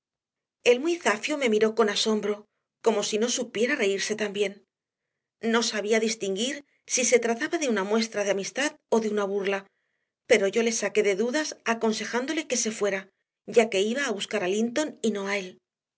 el muy zafio me miró con asombro como si no supiera reírse también no sabía distinguir si se trataba de una muestra de amistad o de una burla pero yo le saqué de dudas aconsejándole que se fuera ya que iba a buscar a linton y no a